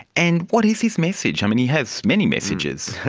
and what is his message? um and he has many messages.